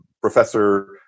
Professor